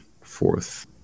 fourth